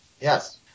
Yes